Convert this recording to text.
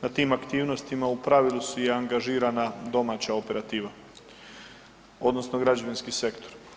Na tim aktivnostima u pravilu su i angažirana domaća operativa odnosno građevinski sektor.